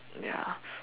ya